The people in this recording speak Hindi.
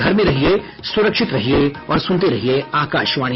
घर में रहिये सुरक्षित रहिये और सुनते रहिये आकाशवाणी